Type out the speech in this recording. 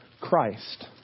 Christ